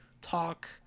talk